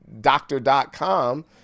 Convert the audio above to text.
doctor.com